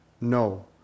No